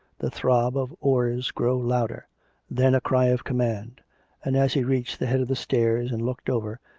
the throb of oars grow louder then a cry of command and, as he reached the head of the stairs and looked over,